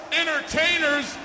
entertainers